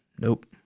Nope